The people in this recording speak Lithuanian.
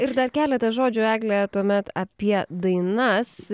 ir dar keletą žodžių egle tuomet apie dainas